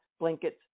blankets